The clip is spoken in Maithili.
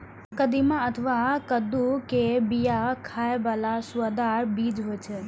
कदीमा अथवा कद्दू के बिया खाइ बला सुअदगर बीज होइ छै